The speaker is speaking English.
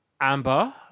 Amber